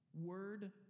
Word